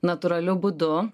natūraliu būdu